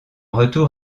retour